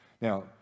Now